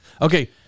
Okay